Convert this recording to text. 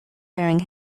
bearing